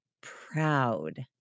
proud